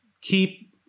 keep